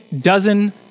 dozen